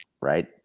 Right